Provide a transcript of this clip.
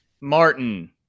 Martin